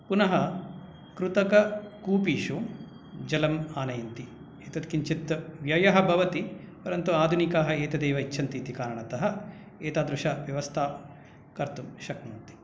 पुनः कृतककूपीषु जलम् आनयन्ति एतत् किञ्चित् व्ययः भवति परन्तु आधुनिकाः एतदेव इच्छन्ति इति कारणतः एतादृशव्यवस्थां कर्तुं शक्नोति